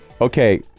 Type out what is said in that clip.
Okay